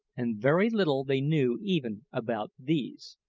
and very little they knew even about these.